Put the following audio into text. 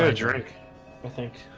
ah drink i think